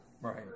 right